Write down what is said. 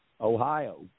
Ohio